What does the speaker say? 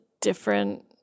different –